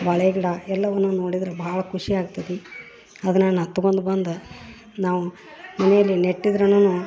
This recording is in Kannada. ಬಾಳೆ ಗಿಡ ಎಲ್ಲವನ್ನು ನೋಡಿದ್ರ ಭಾಳ ಖುಷಿ ಆಗ್ತತಿ ಅದನ್ನ ನಾನ ತೊಗೊಂದು ಬಂದು ನಾವು ಮನೆಯಲ್ಲಿ ನೆಟ್ಟಿದ್ದರೂನುನು